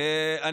אוקיי, רעה.